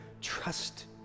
Trust